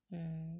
mm